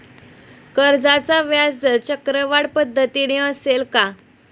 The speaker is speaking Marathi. कर्जाचा व्याजदर चक्रवाढ पद्धतीने असेल का?